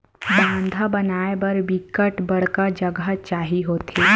बांधा बनाय बर बिकट बड़का जघा चाही होथे